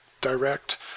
direct